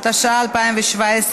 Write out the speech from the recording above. התשע"ח 2017,